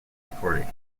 recordings